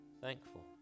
thankful